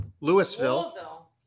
Louisville